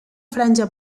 franja